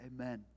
Amen